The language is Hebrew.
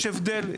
יש הבדל,